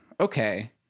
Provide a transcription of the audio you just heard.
okay